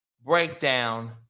breakdown